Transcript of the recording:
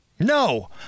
No